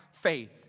faith